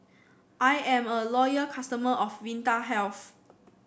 I am a loyal customer of Vitahealth